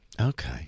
Okay